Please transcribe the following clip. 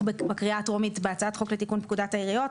בקריאה הטרומית בהצעת חוק לתיקון פקודת העיריות